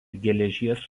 geležies